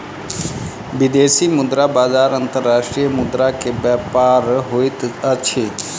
विदेशी मुद्रा बजार अंतर्राष्ट्रीय मुद्रा के व्यापार होइत अछि